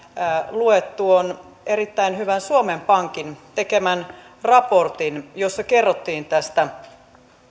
luet tuon erittäin hyvän suomen pankin tekemän raportin jossa kerrottiin tästä